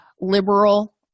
liberal